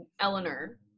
Eleanor